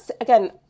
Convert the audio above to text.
again